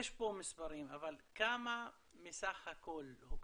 יש פה מספרים, אבל כמה מסך הכול הוקצו?